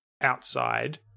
outside